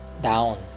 down